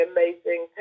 Amazing